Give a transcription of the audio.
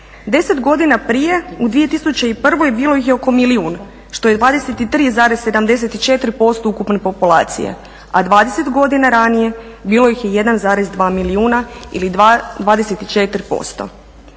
10 godina prije u 2001. bilo ih je oko milijun što je 23,74% ukupne populacije, a 20 godina ranije bilo ih je 1,2 milijuna ili 24%.